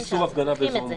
יש איסור הפגנה באזור המוגבל?